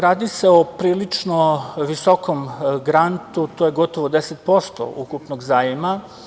Radi se o prilično visokom grantu, to je gotovo 10% ukupnog zajma.